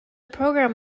program